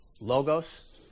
Logos